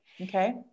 okay